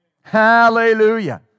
Hallelujah